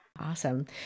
Awesome